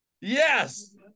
Yes